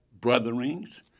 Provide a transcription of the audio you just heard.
brotherings